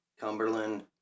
Cumberland